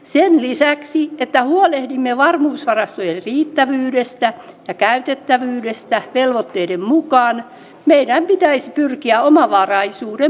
sen lisäksi että huolehdimme varmuusvarastojen riittävyydestä ja käytettävyydestä velvoitteiden mukaan meidän pitäisi pyrkiä omavaraisuuden parantamiseen